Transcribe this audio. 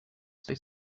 say